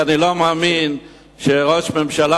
כי אני לא מאמין שראש הממשלה,